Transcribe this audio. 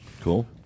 Cool